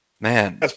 Man